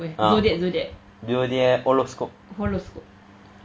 ah zodiac horoscope